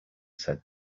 said